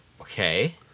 Okay